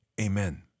Amen